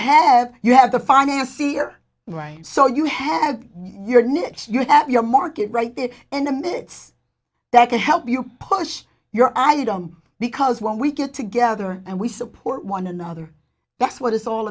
have you have the financier right so you have your niche you have your market right there and then this that can help you push your i don't because when we get together and we support one another that's what it's all